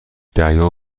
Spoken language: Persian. دریا